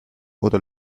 oder